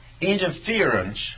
interference